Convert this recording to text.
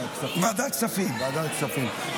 ועדת כספים.